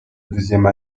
deuxième